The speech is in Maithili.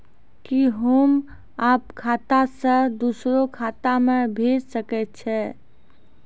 कि होम आप खाता सं दूसर खाता मे भेज सकै छी?